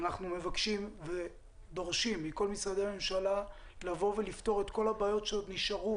אנחנו מבקשים ודורשים מכול משרדי הממשלה לפתור את כל הבעיות שעוד נשארו